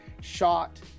shot